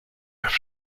after